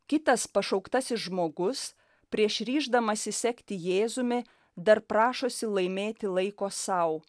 kitas pašauktasis žmogus prieš ryždamasis sekti jėzumi dar prašosi laimėti laiko sau